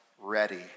ready